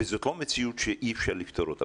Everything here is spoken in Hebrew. וזאת לא מציאות שאי אפשר לפתור אותה.